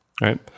right